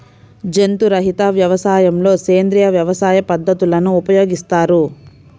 జంతు రహిత వ్యవసాయంలో సేంద్రీయ వ్యవసాయ పద్ధతులను ఉపయోగిస్తారు